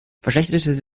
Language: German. verschlechterte